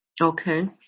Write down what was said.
okay